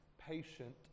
patient